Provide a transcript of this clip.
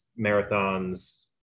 marathons